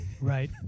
Right